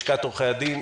לשכת עורכי הדין,